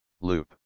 Loop